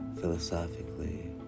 philosophically